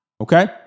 Okay